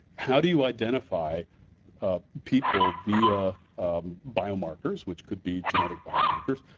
how do you identify ah people via biomarkers, which could be genetic biomarkers,